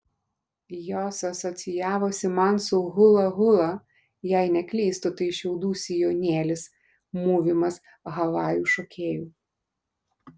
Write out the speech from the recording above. jos asocijavosi man su hula hula jei neklystu tai šiaudų sijonėlis mūvimas havajų šokėjų